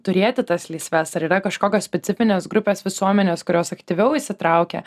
turėti tas lysves ar yra kažkokios specifinės grupės visuomenės kurios aktyviau įsitraukia